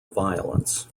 violence